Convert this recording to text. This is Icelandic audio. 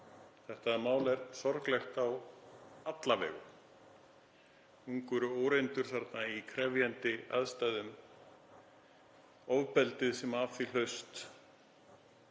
Þetta mál er sorglegt á alla vegu. Ungur og óreyndur í krefjandi aðstæðum, ofbeldið sem af því hlaust